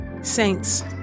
Saints